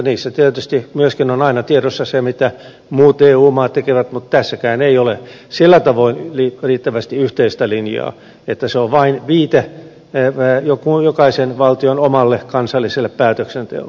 niissä tietysti myöskin on aina tiedossa se mitä muut eu maat tekevät mutta tässäkään ei ole sillä tavoin riittävästi yhteistä linjaa on vain viite jokaisen valtion omalle kansalliselle päätöksenteolle